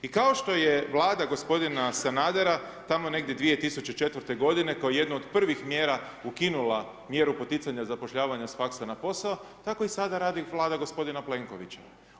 I kao što je Vlada gospodina Sanadera, tamo negdje 2004.-te godine, kao jedna od prvih mjera, ukinula mjeru poticanja zapošljavanja s faksa na posao, tako i sada radi Vlada gospodina Plenkovića.